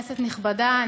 כנסת נכבדה,